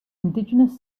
indigenous